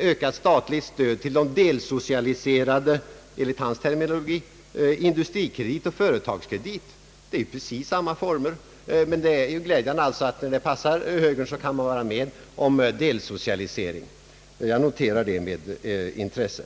ökat statligt stöd till de delsocialiserade — enligt hans terminologi — Industrikredit och Företagskredit. Det är precis samma former, men det är ju glädjande att högern när det passar kan vara med om delsocialiseringar. Jag noterar det med intresse.